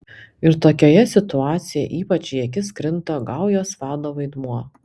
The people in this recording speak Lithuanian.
ir tokioje situacijoje ypač į akis krinta gaujos vado vaidmuo